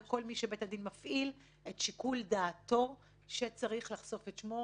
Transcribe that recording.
וכל מי שבית הדין מפעיל את שיקול דעתו שצריך לחשוף את שמו.